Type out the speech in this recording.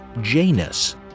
Janus